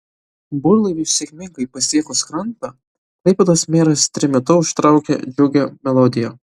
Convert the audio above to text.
burlaiviui sėkmingai pasiekus krantą klaipėdos meras trimitu užtraukė džiugią melodiją